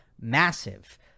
massive